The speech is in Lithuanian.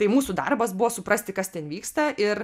tai mūsų darbas buvo suprasti kas ten vyksta ir